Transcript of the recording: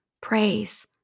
praise